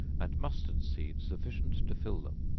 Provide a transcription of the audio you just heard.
and mustard seed sufficient to fill them